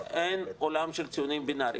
אין עולם של ציונים בינריים.